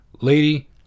Lady